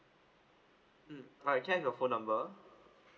mm can I have your phone number